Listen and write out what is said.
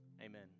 Amen